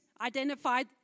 identified